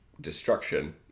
destruction